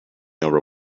over